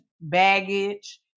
baggage